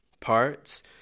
parts